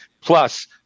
plus